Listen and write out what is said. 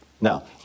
Now